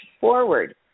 forward